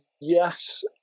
Yes